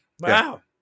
wow